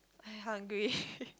I hungry